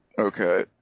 Okay